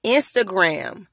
Instagram